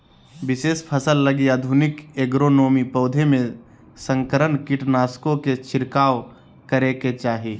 विशेष फसल लगी आधुनिक एग्रोनोमी, पौधों में संकरण, कीटनाशकों के छिरकाव करेके चाही